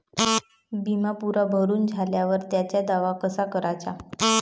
बिमा पुरा भरून झाल्यावर त्याचा दावा कसा कराचा?